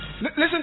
Listen